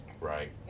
Right